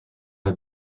are